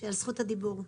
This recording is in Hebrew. על זכות הדיבור.